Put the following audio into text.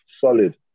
solid